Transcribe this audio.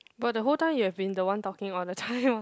but the whole time you have been the one talking all the time